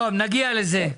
טוב נגיע לזה,